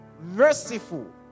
merciful